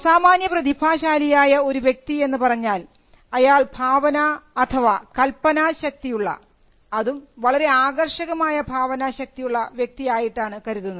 അസാമാന്യ പ്രതിഭാശാലിയായ ഒരു വ്യക്തി എന്ന് പറഞ്ഞാൽ അയാൾ ഭാവന അഥവാ കൽപനാശക്തിയുള്ള അതും വളരെ ആകർഷകമായ ഭാവനാ ശക്തിയുള്ള വ്യക്തി ആയിട്ടാണ് കരുതുന്നത്